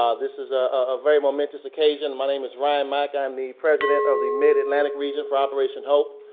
um this is ah a very momentous occasion. my name is ryan mack, i mean president of the mid-atlantic region for operation hope.